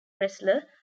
wrestler